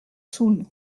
saoul